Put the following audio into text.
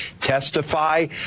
testify